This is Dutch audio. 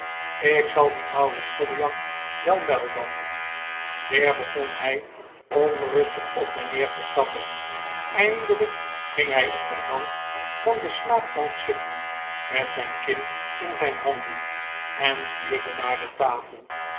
ik zal dien ouden schobbejak wel muilbanden weer begon hij onrustig op en neer te stappen eindelijk ging hij op den rand van de slaapbank zitten met zijn kin in zijn handen en tuurde naar de tafel